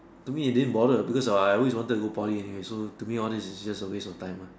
to me it didn't bother because I I always wanted to go Poly anyway so to me all these is just a waste of time lah